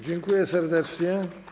Dziękuję serdecznie.